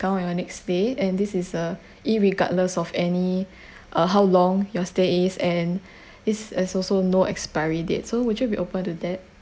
your next stay and this is uh irregardless of any uh how long your stay is and this is also no expiry date so would you be open to that